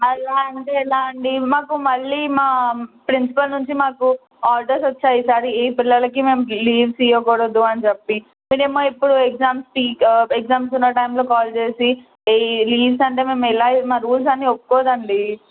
అలా అంటే ఎలా అండి మాకు మళ్ళీ మా ప్రిన్సిపల్ నుంచి మాకు ఆర్డర్స్ వచ్చాయి ఈసారి ఏ పిల్లలకి మేము లీవ్స్ ఇవ్వకూడదు అని చెప్పి మీరు ఏమో ఇప్పుడు ఎగ్జామ్స్ పీక్ ఎగ్జామ్స్ ఉన్న టైంలో కాల్ చేసి లీవ్స్ అంటే మేము ఎలా ఇవ్వ మా రూల్స్ అన్నీ ఒప్పుకోదు అండి